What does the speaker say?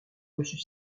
monsieur